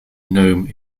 gnome